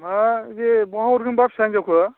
माला जे बहा हरगोन बा फिसा हिनजावखौ